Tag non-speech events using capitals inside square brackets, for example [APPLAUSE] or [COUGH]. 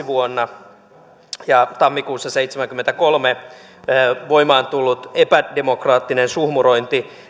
[UNINTELLIGIBLE] vuonna seitsemänkymmentäkaksi ja tammikuussa seitsemäänkymmeneenkolmeen voimaan tullut epädemokraattinen suhmurointi